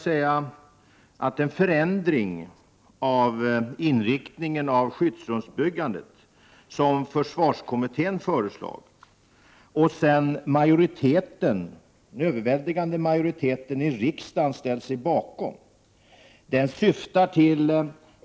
Datorsystemen är utsatta för hot i krisoch krigssituationer.